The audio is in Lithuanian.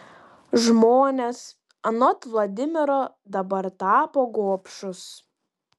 žmonės anot vladimiro dabar tapo gobšūs